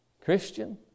Christian